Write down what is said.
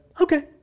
okay